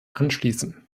anschließen